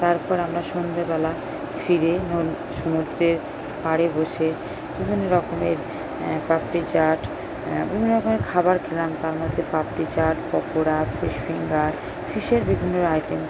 তারপর আমরা সন্ধেবেলা ফিরে সমুদ্রের পাড়ে বসে বিভিন্ন রকমের পাপড়ি চাট বিভিন্ন রকমের খাবার খেলাম তার মধ্যে পাপড়ি চাট পকোড়া ফিশ ফিঙ্গার ফিশের বিভিন্ন আইটেম